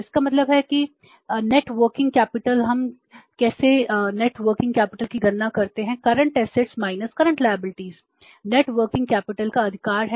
तो इसका मतलब है कि नेटवर्किंग कैपिटल हैं वहां ऐसा होने वाला है